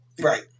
right